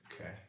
Okay